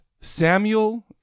Samuel